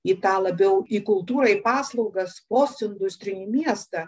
į tą labiau į kultūrą į paslaugas posindustrinį miestą